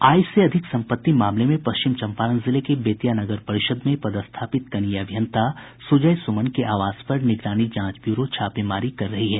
आय से अधिक संपत्ति मामले में पश्चिम चंपारण जिले के बेतिया नगर परिषद में पदस्थापित कनीय अभियंता सुजय सुमन के आवास पर निगरानी जांच ब्यूरो छापेमारी कर रही है